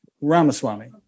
Ramaswamy